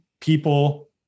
people